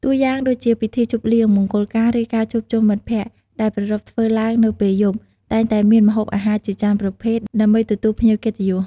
តួយ៉ាងដូចជាពិធីជប់លៀង មង្គលការ ឬការជួបជុំមិត្តភក្តិ ដែលប្រារព្ធធ្វើឡើងនៅពេលយប់ តែងតែមានម្ហូបអាហារជាច្រើនប្រភេទ ដើម្បីទទួលភ្ញៀវកិត្តិយស។